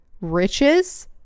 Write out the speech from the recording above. riches